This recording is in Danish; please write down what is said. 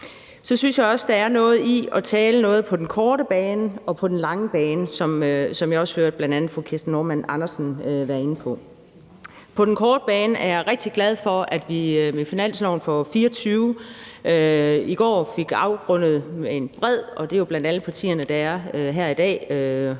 Så synes jeg også, der er en pointe i at tale om det både på den korte bane og på den lange bane, hvilket jeg også hørte bl.a. fru Kirsten Normann Andersen var inde på. På den korte bane er jeg rigtig glad for, at vi i går med finansloven for 2024 fik landet en bred aftale – og det er jo blandt alle partierne, der er her i dag